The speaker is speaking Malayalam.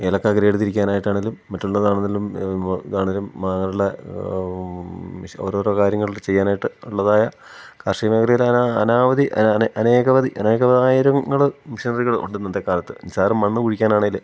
ഏലക്ക ഗ്രേഡ് തിരിക്കാനായിട്ടാണേലും മറ്റുള്ളതാണേലും മ ഇതാണേലും മാങ്ങകളുടെ മിശറ് ഓരോരോ കാര്യങ്ങളിത് ചെയ്യാനായിട്ട് ഉള്ളതായ കാർഷിക മേഖലേലാനാ അനാവധി അനേകവധി അനേകവായിരങ്ങള് മെഷീനറികൾ ഉണ്ട് ഇന്നത്തെ കാലത്ത് നിസാരം മണ്ണ് കുഴിക്കാനാണേല്